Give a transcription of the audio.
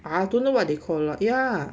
I don't know what they call lah ya